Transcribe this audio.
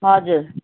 हजुर